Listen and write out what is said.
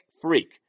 freak